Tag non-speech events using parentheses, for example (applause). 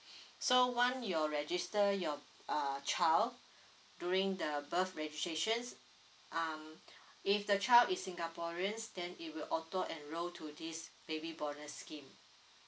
(breath) so once your register your uh child during the birth registration um if the child is singaporean then it will auto enroll to this baby bonus scheme